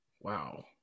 wow